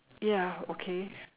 ya okay